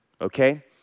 okay